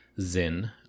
Zin